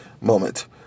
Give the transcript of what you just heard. moment